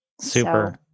Super